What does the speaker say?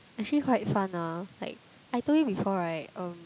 actually quite fun ah like I told you before right um